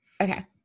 Okay